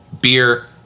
beer